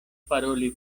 paroli